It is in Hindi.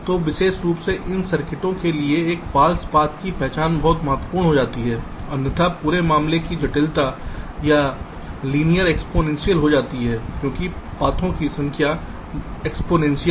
तो विशेष रूप से इन सर्किटों के लिए यह फॉल्स पाथ की पहचान बहुत महत्वपूर्ण हो जाती है अन्यथा पूरे मामले की जटिलता भी रैखिक घातीय हो जाती है क्योंकि पथों की संख्या घातीय है